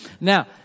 Now